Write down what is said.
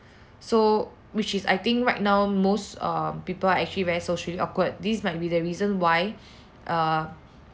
so which is I think right now most err people are actually very socially awkward this might be the reason why err